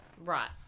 Right